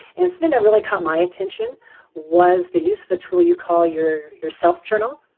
and so i mean that really caught my attention was the use of a tool you call your your self journal.